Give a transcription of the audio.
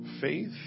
Faith